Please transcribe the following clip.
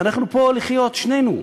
אנחנו פה לחיות, שנינו.